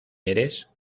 eres